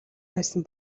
байсан